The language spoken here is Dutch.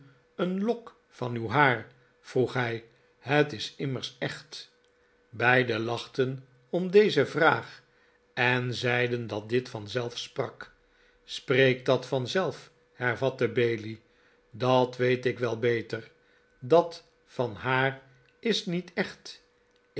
een lok van uw haar vroeg hij het is immers echt beiden lachten om deze vraag en zeiden dat dit vanzelf sprak spreekt dat vanzelf hervatte bailey dat weet ik wel beter dat van haar is niet echt